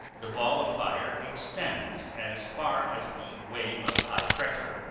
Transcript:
the ball of fire extends as far as the wave of high pressure.